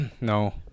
No